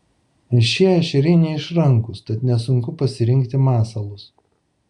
šie ešeriai neišrankūs tad nesunku pasirinkti masalus